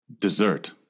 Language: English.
Dessert